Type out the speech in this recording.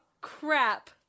crap